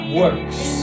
works